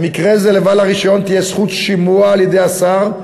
במקרה זה לבעל הרישיון תהיה זכות שימוע על-ידי השר,